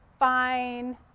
fine